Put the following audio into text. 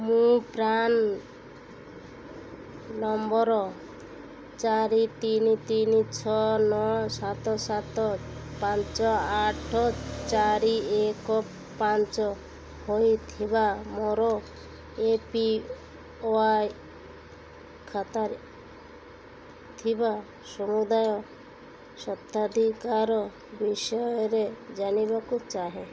ମୁଁ PRAN number ଚାରି ତିନି ତିନି ଛଅ ନଅ ସାତ ସାତ ପାଞ୍ଚ ଆଠ ଚାରି ଏକ ପାଞ୍ଚ ହୋଇଥିବା ମୋର ଏ ପି ୱାଇ ଖାତାରେ ଥିବା ସମୁଦାୟ ସ୍ୱତ୍ୱାଧିକାର ବିଷୟରେ ଜାଣିବାକୁ ଚାହେଁ